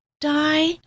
die